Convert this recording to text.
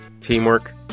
Teamwork